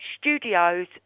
studios